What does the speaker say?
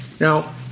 Now